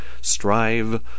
strive